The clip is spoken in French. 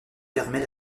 permet